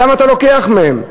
למה אתה לוקח מהם?